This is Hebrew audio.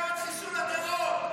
--- מי בעד חיסול הטרור?